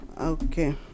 okay